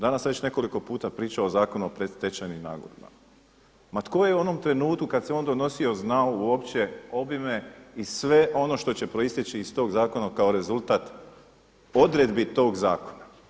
Danas se već nekoliko puta priča o Zakonu o predstečajnim nagodbama, ma tko je u onom trenutku kada se on donosio znao uopće obime i sve ono što će proisteći iz tog zakona kao rezultat odredbi tog zakona.